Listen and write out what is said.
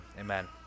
amen